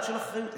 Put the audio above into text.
של אחריות?